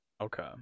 Okay